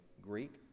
Greek